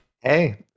Hey